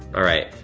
all right,